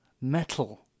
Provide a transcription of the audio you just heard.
metal